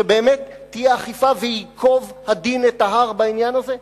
שבאמת תהיה אכיפה וייקוב הדין את ההר בעניין הזה?